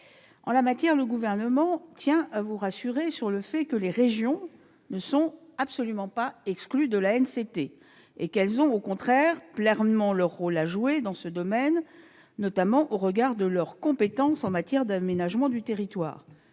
En la matière, le Gouvernement tient à vous rassurer sur le fait que les régions ne sont absolument pas exclues de l'ANCT : elles ont au contraire pleinement leur rôle à jouer dans ce domaine, notamment au regard de leurs compétences en matière d'aménagement du territoire.